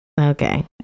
Okay